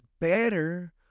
better